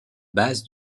base